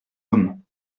homme